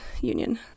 Union